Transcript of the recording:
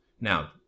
Now